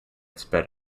sped